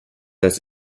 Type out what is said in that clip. das